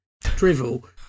drivel